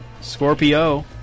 Scorpio